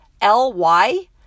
L-Y